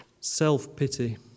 self-pity